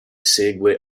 segue